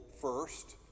first